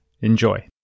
Enjoy